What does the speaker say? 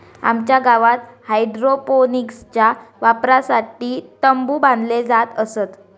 आमच्या गावात हायड्रोपोनिक्सच्या वापरासाठी तंबु बांधले जात असत